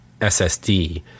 SSD